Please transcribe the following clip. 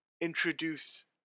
introduce